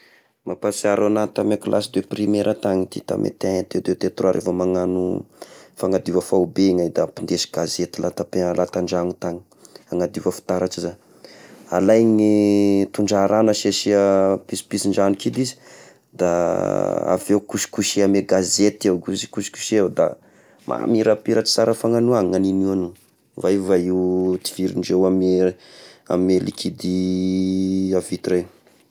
Mampahasiaro agnah tamy kilasy de primaire tagny ty tamy te un, te deux, te trois, revo magnano fagnadiova faobegnay da ampideso gazety la tape- la tan-dragno tagny agnadiova fitaratra zah, alaigny tondrà ragno asisia pisipisin-dragno kidy izy da avy eo kosokosehy amy gazety ao, kosi- kosikoseha da mamirampiratry sara fagnano agny ny agnigny io vaivay agn'io tifirindreo amy, amy likidy à vitre io.